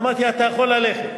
אמרתי: אתה יכול ללכת.